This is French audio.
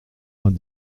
vingt